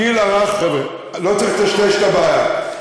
הגיל הרך, חבר'ה, לא צריך לטשטש את הבעיה.